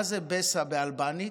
מה זה Besa באלבנית?